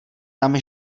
tam